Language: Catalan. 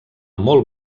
molt